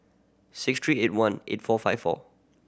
six three eight one eight four five four